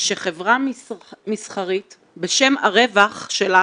שחברה מסחרית בשם הרווח שלה